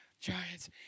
Giants